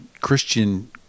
Christian